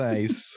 Nice